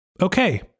Okay